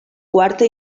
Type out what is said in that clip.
quarta